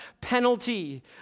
penalty